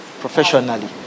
professionally